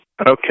Okay